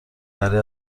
برای